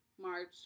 march